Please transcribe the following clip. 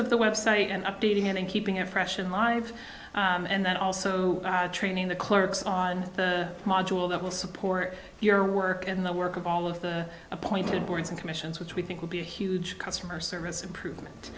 of the website and updating it and keeping it fresh and alive and that also training the clerks on the module that will support your work in the work of all of the appointed boards and commissions which we think will be a huge customer service improvement